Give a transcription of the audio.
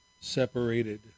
separated